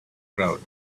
crowd